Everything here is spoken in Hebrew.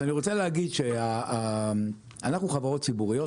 אז אני רוצה להגיד שאנחנו חברות ציבוריות